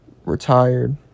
Retired